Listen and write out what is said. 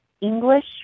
English